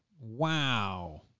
Wow